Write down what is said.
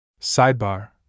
Sidebar